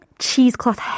cheesecloth